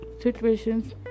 situations